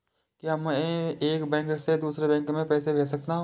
क्या मैं एक बैंक से दूसरे बैंक में पैसे भेज सकता हूँ?